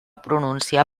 pronunciar